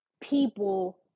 people